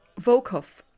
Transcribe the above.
Volkov